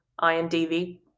INDV